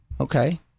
Okay